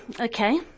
Okay